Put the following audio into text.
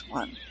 one